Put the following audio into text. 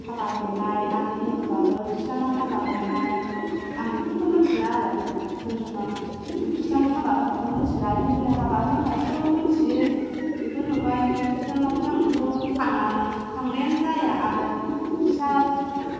हाबा हैनाय आरो हिन्दुआबो खृष्टानआव हाबा हैनाय आं बेफोरखौ मिन्थिला आरो धोरोमा खृष्टाननि हाबा होनायखो मिन्थिला हिन्दुनि हाबा होनायखौ मिन्थियो बेखौ नुबाय ओमफाय खृष्टानआवथ' आंथ' थाङानो थांनायानो जाया आरो खृष्टानआबो